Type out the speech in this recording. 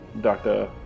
Dr